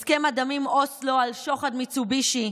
את הסכם הדמים אוסלו על שוחד מיצובישי,